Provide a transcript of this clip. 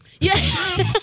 Yes